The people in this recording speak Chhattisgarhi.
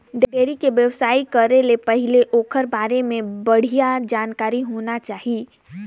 डेयरी के बेवसाय करे ले पहिले ओखर बारे में बड़िहा जानकारी होना चाही